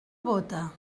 bóta